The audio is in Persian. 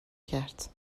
کرد